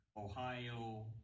Ohio